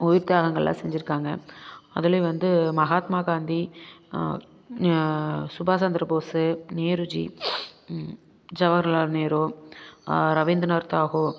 உயிர்த் தியாகங்கள்லாம் செஞ்சிருக்காங்க அதுலேயும் வந்து மகாத்மா காந்தி சுபாஷ் சந்திரபோஸு நேருஜி ஜவஹர்லால் நேரு ரவீந்திரநாத் தாகூர்